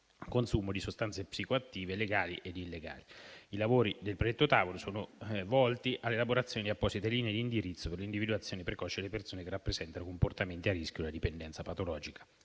consumo di sostanze psicoattive legali e illegali. I lavori del predetto tavolo sono volti all'elaborazione di apposite linee di indirizzo per l'individuazione precoce delle persone che presentano comportamenti a rischio di dipendenza patologica